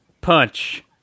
punch